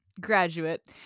graduate